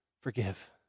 forgive